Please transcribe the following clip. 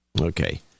Okay